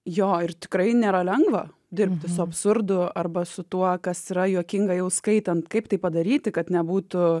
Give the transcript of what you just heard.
jo ir tikrai nėra lengva dirbti su absurdu arba su tuo kas yra juokinga jau skaitant kaip tai padaryti kad nebūtų